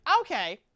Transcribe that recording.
Okay